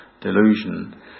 delusion